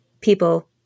people